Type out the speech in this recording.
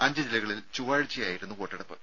അഞ്ച് ജില്ലകളിൽ ചൊവ്വാഴ്ചയായിരുന്നു വോട്ടെടുപ്പ്